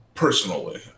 Personally